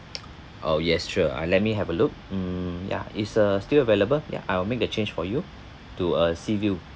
oh yes sure uh let me have a look mm ya it's uh still available ya I'll make the change for you to a sea view